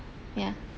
ya